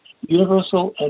universal